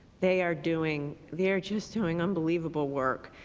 they are doing they are just doing unbelievable work,